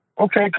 Okay